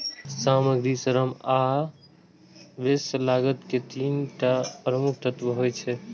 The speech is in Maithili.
सामग्री, श्रम आ व्यय लागत के तीन टा प्रमुख तत्व होइ छै